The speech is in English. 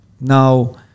Now